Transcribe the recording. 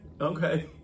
Okay